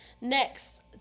next